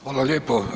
Hvala lijepo.